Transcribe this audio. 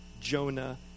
Jonah